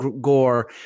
gore